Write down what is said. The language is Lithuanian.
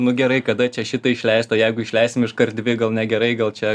nu gerai kada čia šitą išleist o jeigu išleisim iškart dvi gal negerai gal čia